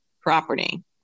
property